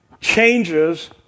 changes